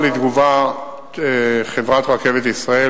לתגובה לחברת "רכבת ישראל",